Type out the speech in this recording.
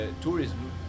tourism